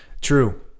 True